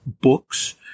books